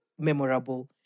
memorable